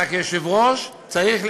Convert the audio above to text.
אתה כיושב-ראש צריך,